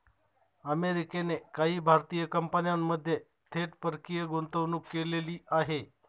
अमेरिकेने काही भारतीय कंपन्यांमध्ये थेट परकीय गुंतवणूक केलेली आहे